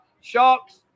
sharks